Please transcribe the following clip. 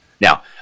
Now